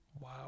Wow